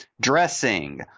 dressing